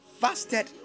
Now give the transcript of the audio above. fasted